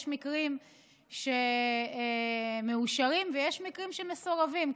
יש מקרים שמאושרים ויש מקרים שמסורבים,